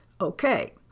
Okay